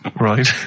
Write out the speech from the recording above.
Right